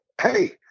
hey